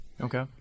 Okay